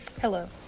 Hello